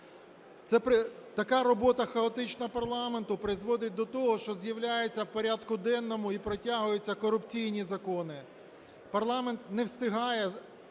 Така робота хаотична парламенту призводить до того, що з'являються в порядку денному і протягуються корупційні закони. Парламент не встигає